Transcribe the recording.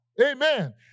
amen